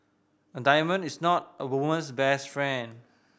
a diamond is not a woman's best friend